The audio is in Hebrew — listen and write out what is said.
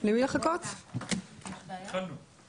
אני מתכבדת לפתוח את ישיבת ועדת העבודה והרווחה.